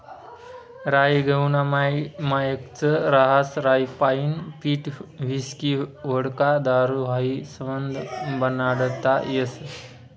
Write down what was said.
राई गहूना मायेकच रहास राईपाईन पीठ व्हिस्की व्होडका दारू हायी समधं बनाडता येस